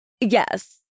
Yes